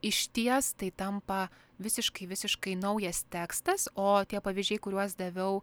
išties tai tampa visiškai visiškai naujas tekstas o tie pavyzdžiai kuriuos daviau